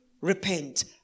repent